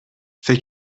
فکر